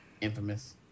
Infamous